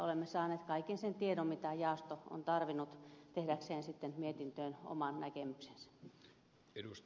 olemme saaneet kaiken sen tiedon mitä jaosto on tarvinnut tehdäkseen mietintöön oman näkemyksensä